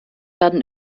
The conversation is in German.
werden